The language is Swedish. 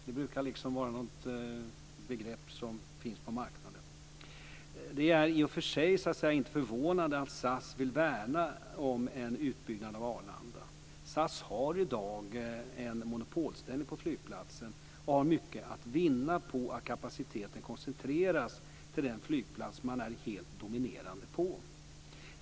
Det brukar vara ett begrepp som finns på marknaden. Det är i och för sig inte förvånande att SAS vill värna om en utbyggnad av Arlanda. SAS har i dag en monopolställning på flygplatsen och har mycket att vinna på att kapaciteten koncentreras till den flygplats där man är helt dominerande.